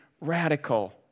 radical